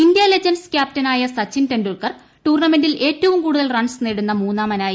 India legends ക്യാപ്റ്റനായ സച്ചിൻ ടെൻഡുൽക്കർ ടൂർണമെന്റിൽ ഏറ്റവും കൂടുതൽ റൺസ് നേടുന്ന മൂന്നാമനായി